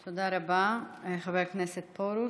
תודה רבה, חבר הכנסת פרוש.